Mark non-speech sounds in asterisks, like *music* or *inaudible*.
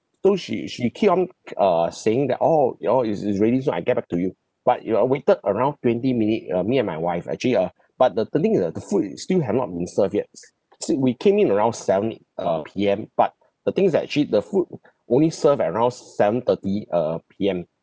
though she she keep on c~ uh saying that oh oh it's it's ready so I get back to you but you I awaited around twenty minute uh me and my wife actually uh *breath* but the the thing is the the food it still have not been served yet s~ since we came in around seven e~ uh P_M but *breath* the thing is that actually the food *breath* only serve at around seven thirty uh P_M